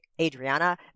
Adriana